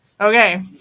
Okay